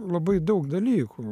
labai daug dalykų